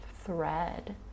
thread